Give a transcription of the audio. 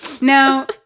now